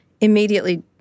immediately—